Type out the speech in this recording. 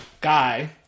guy